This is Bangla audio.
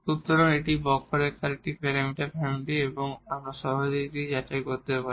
সুতরাং এটি কার্ভর একটি প্যারামিটার ফ্যামিলি এবং আমরা সহজেই এটি যাচাই করতে পারি